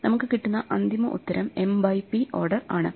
നമുക്ക് കിട്ടുന്ന അന്തിമ ഉത്തരം m ബൈ p ഓർഡർ ആണ്